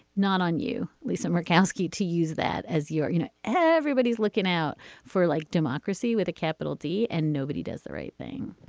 not on you. lisa murkowski to use that, as you you know, everybody's looking out for like democracy with a capital t and nobody does the right thing